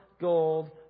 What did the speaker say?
gold